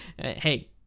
Hey